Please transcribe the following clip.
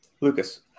Lucas